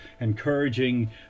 encouraging